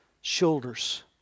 shoulders